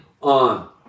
on